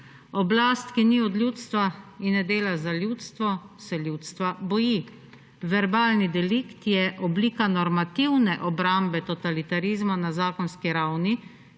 »Oblast, ki ni od ljudstva in ne dela za ljudstvo, se ljudstva boji. Verbalni delikt je oblika normativne obrambe totalitarizma na zakonski ravni,